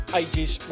ages